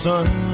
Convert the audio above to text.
sun